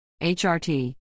HRT